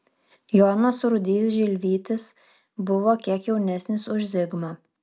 jonas rudys žilvytis buvo kiek jaunesnis už zigmą